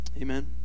Amen